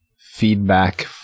feedback